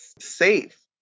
safe